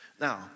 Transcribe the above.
Now